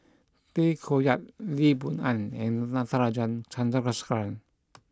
Tay Koh Yat Lee Boon Ngan and Natarajan Chandrasekaran